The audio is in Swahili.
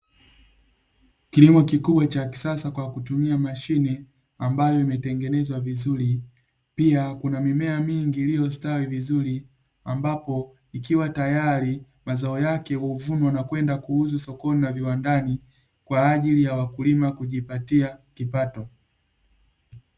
Kilimo kikubwa cha kisasa kwa kutumia mashine ambayo imetengenezwa vizuri, pia kuna mimea mingi iliyostawi vizuri, ambapo ikiwa tayari mazao yake huvunwa na kwenda kuuzwa sokoni na viwandani kwa ajili ya wakulima kujipatia kipato.